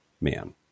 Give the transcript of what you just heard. man